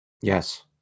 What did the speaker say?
Yes